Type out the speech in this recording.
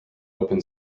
open